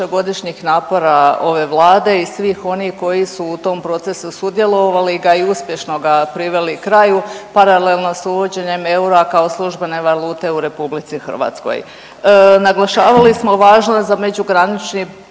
višegodišnjeg napora ove Vlade i svih onih koji su u tom procesu sudjelovali i uspješno ga priveli kraju paralelno s uvođenjem eura kao službene valute u Republici Hrvatskoj. Naglašavali smo važnost za međugranični